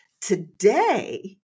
Today